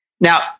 Now